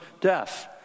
death